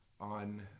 on